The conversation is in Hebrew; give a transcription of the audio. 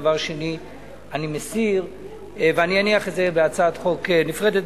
ודבר שני אני מסיר ואני אניח את זה בהצעת חוק נפרדת,